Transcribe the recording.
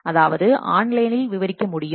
அதாவது ஆன்லைனில் விவரிக்க முடியும்